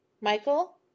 Michael